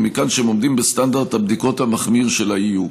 ומכאן שהם עומדים בסטנדרט הבדיקות המחמיר של ה-EU.